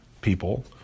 people